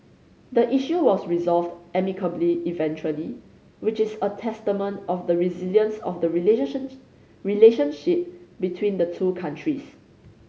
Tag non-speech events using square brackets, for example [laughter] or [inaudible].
the issue was resolved amicably eventually which is a testament of the resilience of the [unintelligible] relationship between the two countries